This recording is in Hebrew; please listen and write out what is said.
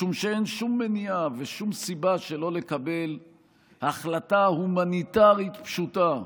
משום שאין שום מניעה ואין שום סיבה שלא לקבל החלטה הומניטרית פשוטה,